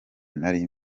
nari